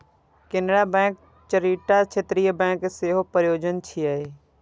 Canara bank चारिटा क्षेत्रीय bank के सेहो प्रायोजक छियै